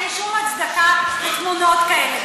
אין שום הצדקה לתמונות כאלה,